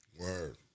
Word